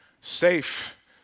safe